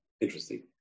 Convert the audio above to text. Interesting